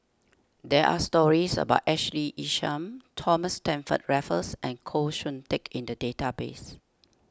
there are stories about Ashley Isham Thomas Stamford Raffles and Koh Hoon Teck in the database